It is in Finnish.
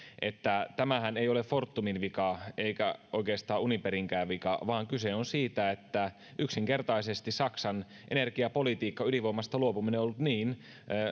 että tämähän ei ole fortumin vika eikä oikeastaan uniperinkään vika vaan kyse on siitä että yksinkertaisesti saksan energiapolitiikka ydinvoimasta luopuminen on ollut